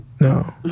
no